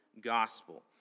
Gospel